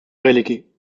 relégué